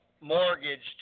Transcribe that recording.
mortgaged